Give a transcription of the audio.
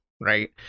right